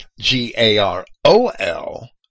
g-a-r-o-l